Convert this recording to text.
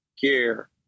care